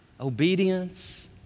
Obedience